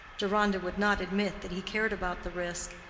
deronda would not admit that he cared about the risk,